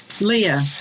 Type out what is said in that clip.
Leah